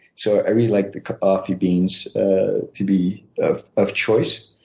so i really like the coffee beans to be of of choice.